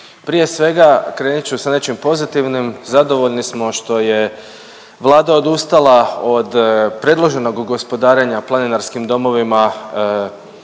Prije svega krenut ću sa nečim pozitivnim, zadovoljni smo što je Vlada odustala od predloženog gospodarenja planinarskim domovima